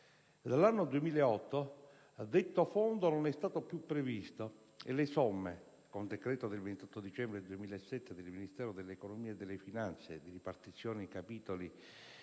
Dall'anno 2008 detto fondo non è stato più previsto e le somme, con decreto del 28 dicembre 2007 del Ministero dell'economia e delle finanze di ripartizione in capitoli